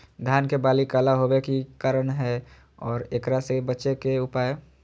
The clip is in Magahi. धान के बाली काला होवे के की कारण है और एकरा से बचे के उपाय?